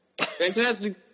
Fantastic